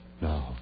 No